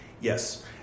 yes